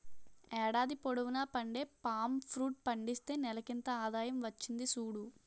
ఏడాది పొడువునా పండే పామ్ ఫ్రూట్ పండిస్తే నెలకింత ఆదాయం వచ్చింది సూడు